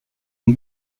une